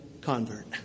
convert